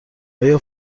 آیا